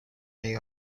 they